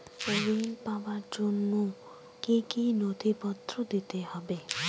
ঋণ পাবার জন্য কি কী নথিপত্র দিতে হবে?